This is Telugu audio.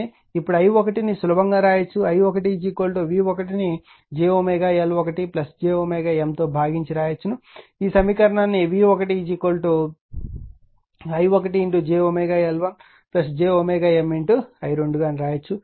ఇప్పుడు i1 ను సులభంగా వ్రాయవచ్చు i1 v1 ను j L1 j M తో భాగించి వ్రాయవచ్చును ఈ సమీకరణాన్నిv1 i1 jL1 j M i2 అని వ్రాయవచ్చు